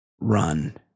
run